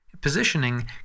Positioning